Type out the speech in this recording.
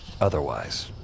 otherwise